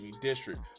district